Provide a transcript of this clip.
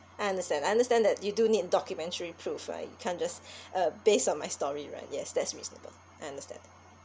I understand I understand that you do need documentary proof right you can't just uh based on my story right yes that's reasonable I understand